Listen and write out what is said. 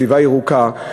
סביבה ירוקה,